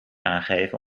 aangeven